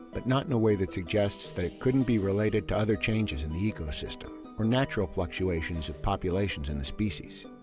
but not in a way that suggests that it couldn't be related to other changes in the ecosystem, or natural fluctuations of populations in the species.